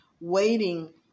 waiting